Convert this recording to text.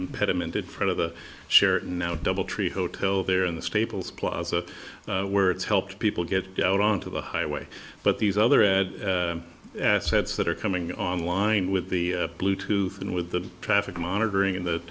impediment in front of a share now doubletree hotel there in the staples plaza where it's helped people get out onto the highway but these other add assets that are coming online with the bluetooth and with the traffic monitoring in th